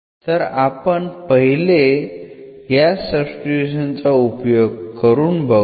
तर आपण पहिले या सब्स्टिट्यूशन चा उपयोग करून बघू